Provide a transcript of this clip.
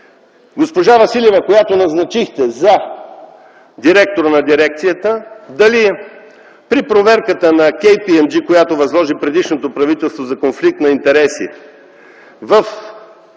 госпожа Василева, която назначихте за директор на дирекцията, дали при проверката на KPMG, която възложи предишното правителство за конфликт на интереси в